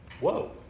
Whoa